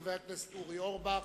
חבר הכנסת אורי אורבך,